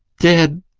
dead,